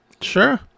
sure